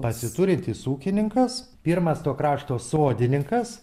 pasiturintis ūkininkas pirmas to krašto sodininkas